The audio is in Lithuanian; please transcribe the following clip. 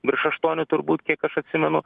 virš aštuonių turbūt kiek aš atsimenu